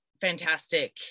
fantastic